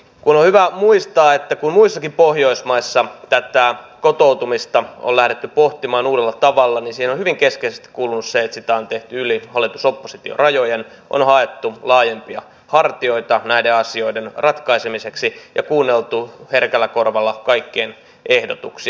on hyvä muistaa että kun muissakin pohjoismaissa tätä kotoutumista on lähdetty pohtimaan uudella tavalla niin siihen on hyvin keskeisesti kuulunut se että sitä on tehty yli hallitusoppositio rajojen on haettu laajempia hartioita näiden asioiden ratkaisemiseksi ja kuunneltu herkällä korvalla kaikkien ehdotuksia